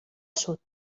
sud